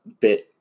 bit